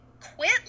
quit